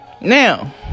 Now